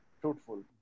truthful